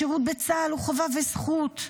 השירות בצה"ל הוא חובה וזכות.